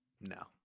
no